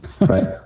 right